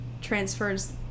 transfers